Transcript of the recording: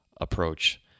approach